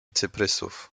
cyprysów